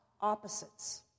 opposites